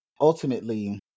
Ultimately